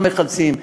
מה מחלצים,